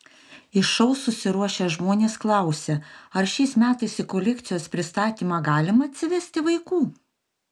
į šou susiruošę žmonės klausia ar šiais metais į kolekcijos pristatymą galima atsivesti vaikų